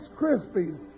Krispies